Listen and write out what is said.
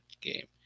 game